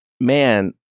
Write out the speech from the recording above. man